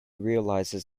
realises